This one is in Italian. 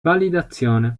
validazione